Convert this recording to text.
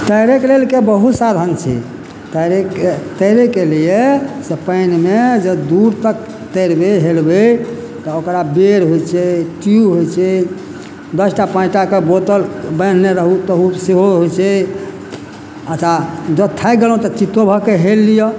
तैरैके लेल बहुत साधन छै तैरेके लिए से पानिमे दूर तक तैरबै हेलबै तऽ ओकरा बेढ़ होइ छै ट्यूब होइ छै दसटा पाँचटा कऽ बोतल बान्हि ने रहू तहू सेहो होइ छै अच्छा जब थाकि गेलहुॅं तऽ चितो भऽके हेल लियऽ